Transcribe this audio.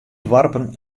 doarpen